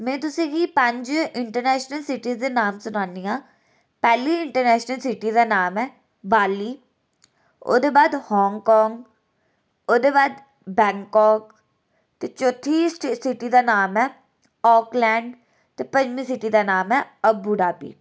में तुसे गी पंज इटरनेशनल सिटीज दे नांऽ सुनान्नी आं पैहली इंटरनेशनल सिटी दा नाम ऐ बाली ओह्दे बाद हागॅ काॅग ओहदे बाद बैंकाक ते चौथी सिटी दा नाम ऐ आकलेडं पंजमी सिटी दा नामं ऐ अब्बुदाबी